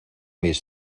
mis